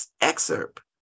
excerpt